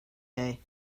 day